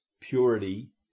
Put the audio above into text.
purity